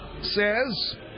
says